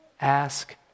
ask